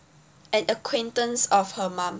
an acquaintance of her mum